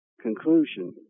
conclusion